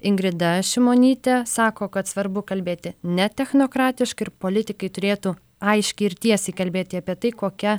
ingrida šimonytė sako kad svarbu kalbėti ne technokratiškai ir politikai turėtų aiškiai ir tiesiai kalbėti apie tai kokia